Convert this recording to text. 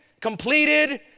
completed